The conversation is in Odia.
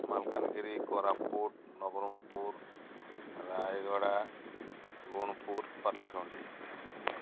ମାଲକାନଗିରି କୋରାପୁଟ ନବରଙ୍ଗପୁର ରାୟଗଡ଼ା ଗୁଣପୁର ପାରଲାଖେମୁଣ୍ଡି